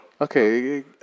Okay